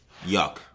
Yuck